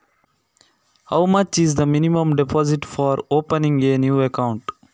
ಹೊಸ ಅಕೌಂಟ್ ತೆರೆಯುವಾಗ ಕನಿಷ್ಠ ಎಷ್ಟು ಹಣ ಇಡಬೇಕು?